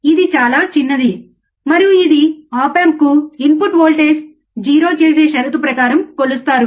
ఇది చాలా చిన్నది మరియు ఇది ఆప్ ఆంప్ కు ఇన్పుట్ వోల్టేజ్ 0 చేసే షరతు ప్రకారం కొలుస్తారు